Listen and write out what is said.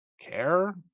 care